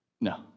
No